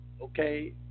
okay